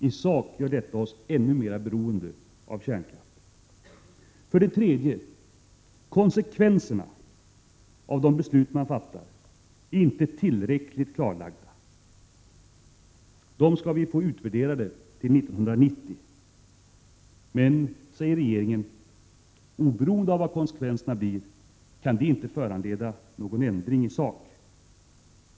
I sak gör detta oss ännu mer beroende av kärnkraft. För det tredje: Konsekvenserna av de beslut man fattat är inte tillräckligt klarlagda. De skall utvärderas till 1990. Men, säger regeringen, oberoende av vad konsekvenserna blir kan dessa inte föranleda någon ändring av beslutet om en förtida avveckling.